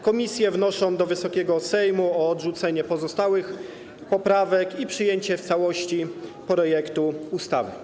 Komisje wnoszą do Wysokiego Sejmu o odrzucenie pozostałych poprawek i przyjęcie w całości projektu ustawy.